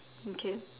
okay